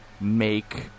make